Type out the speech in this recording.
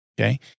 okay